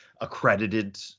accredited